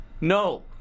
No